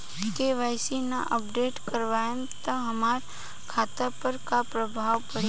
KYC ना update करवाएम त हमार खाता पर का प्रभाव पड़ी?